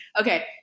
Okay